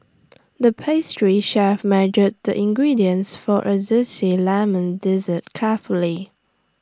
the pastry chef measured the ingredients for A Zesty Lemon Dessert carefully